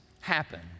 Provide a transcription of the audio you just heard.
happen